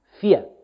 fear